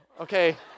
okay